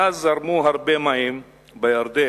מאז זרמו הרבה מים בירדן,